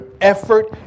effort